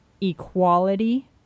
equality